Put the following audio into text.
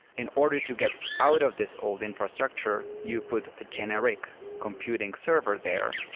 in order to get out of this old infrastructure, you put a generic computing server there,